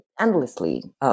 endlessly